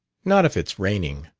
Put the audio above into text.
not if it's raining.